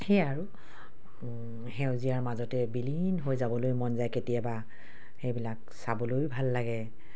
সেয়াই আৰু সেউজীয়াৰ মাজতে বিলীন হৈ যাবলৈ মন যায় কেতিয়াবা সেইবিলাক চাবলৈও ভাল লাগে